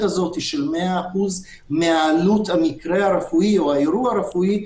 הזו של 100% מעלות האירוע הרפואי,